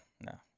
no